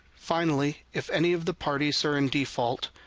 finally if any of the parties are in default,